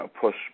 push